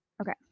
okay